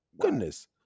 Goodness